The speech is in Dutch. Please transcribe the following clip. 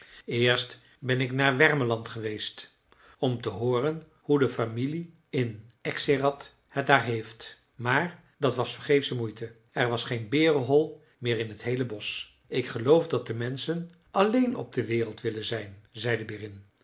eerst ben ik naar wermeland geweest om te hooren hoe de familie in ekshärad het daar heeft maar dat was vergeefsche moeite er was geen berenhol meer in t heele bosch ik geloof dat de menschen alleen op de wereld willen zijn zei de berin